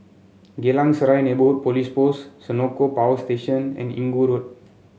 Geylang Serai Neighbourhood Police Post Senoko Power Station and Inggu Road